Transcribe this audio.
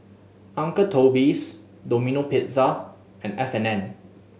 Uncle Toby's Domino Pizza and F and N